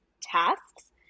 tasks